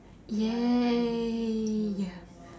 !yay!